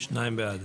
הצבעה בעד,